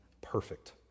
perfect